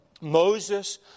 Moses